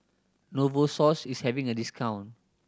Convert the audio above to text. Novosource is having a discount